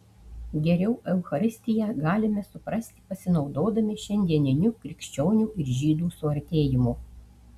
geriau eucharistiją galime suprasti pasinaudodami šiandieniniu krikščionių ir žydų suartėjimu